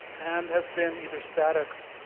and, has been either static,